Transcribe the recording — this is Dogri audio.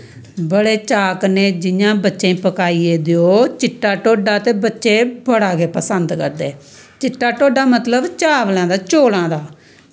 बड़े चाऽ कन्नै जियां बच्चें ई पकाइयै देओ चिट्टा ढोडा ते बच्चे बड़ा गै पसंद करदे चिट्टा ढोडा मतलव चावलें दा चौलें दा